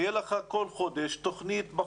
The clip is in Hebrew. רחלי אברמזון, בבקשה.